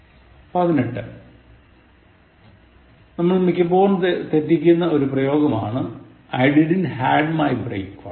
പതിനെട്ട് നമ്മൾ മിക്കപ്പോറും തെറ്റിക്കുന്ന ഒരു പ്രയോഗമാണ് I didn't had my breakfast